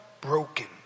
broken